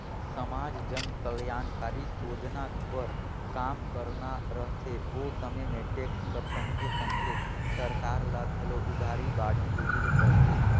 समाज जनकलयानकारी सोजना बर काम करना रहथे ओ समे में टेक्स कर संघे संघे सरकार ल घलो उधारी बाड़ही लेहे ले परथे